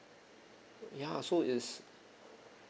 ya so it's